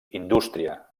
indústria